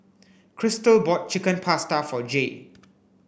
Crystal bought Chicken Pasta for Jaye